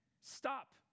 stop